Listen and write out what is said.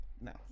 no